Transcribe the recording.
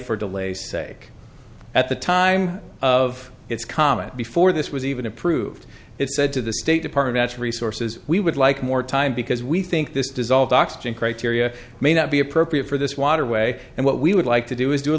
delay sake at the time of its comment before this was even approved it said to the state department as resources we would like more time because we think this dissolved oxygen criteria may not be appropriate for this waterway and what we would like to do is do a